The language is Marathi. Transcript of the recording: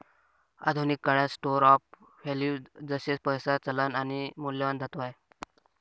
आधुनिक काळात स्टोर ऑफ वैल्यू जसे पैसा, चलन आणि मौल्यवान धातू आहे